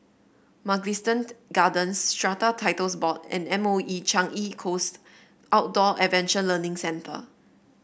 Mugliston Gardens Strata Titles Board and M O E Changi Coast Outdoor Adventure Learning Centre